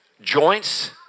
Joints